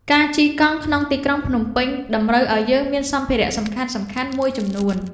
ការជិះកង់ក្នុងទីក្រុងភ្នំពេញ តម្រូវឲ្យយើងមានសម្ភារៈសំខាន់ៗមួយចំនួន។